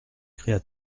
cria